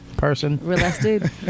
person